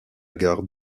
gare